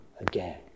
again